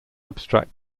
abstract